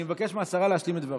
אני מבקש מהשרה להשלים את דברה.